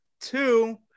Two